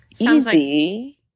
easy